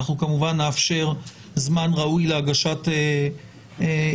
אנחנו כמובן נאפשר זמן ראוי להגשת הסתייגויות.